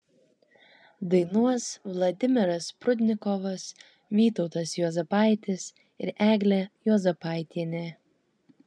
dainuos vladimiras prudnikovas vytautas juozapaitis ir eglė juozapaitienė